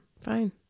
Fine